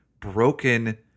broken